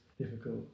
difficult